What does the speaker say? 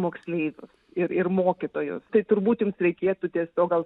moksleivius ir ir mokytojus tai turbūt jums reikėtų tiesiog gal